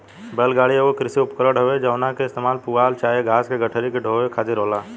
बैल गाड़ी एगो कृषि उपकरण हवे जवना के इस्तेमाल पुआल चाहे घास के गठरी के ढोवे खातिर होला